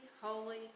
holy